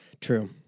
True